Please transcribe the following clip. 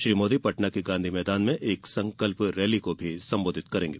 श्री मोदी पटना के गांधी मैदान में संकल्प रैली को संबोधित भी करेंगे